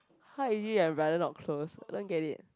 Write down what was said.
how is it you and your brother not close I don't get it